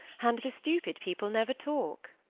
and the stupid people never talk.